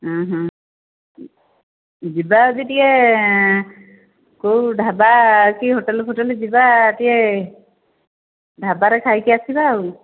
ଯିବା ଆଜି ଟିକିଏ କେଉଁ ଢାବା କି ହୋଟେଲ୍ ଫୋଟେଲ୍ ଯିବା ଟିକିଏ ଢାବାରେ ଖାଇକି ଆସିବା ଆଉ